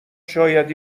شاید